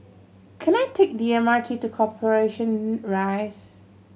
can I take the M R T to Corporation Rise